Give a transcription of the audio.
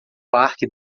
parque